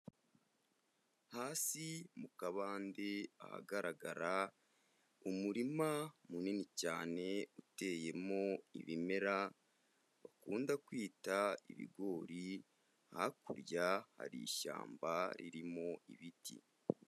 Hasi mu kabande ahagaragara umurima munini cyane uteyemo ibimera bakunda kwita ibigori, hakurya hari ishyamba ririmo ibiti.